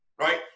right